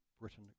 Britain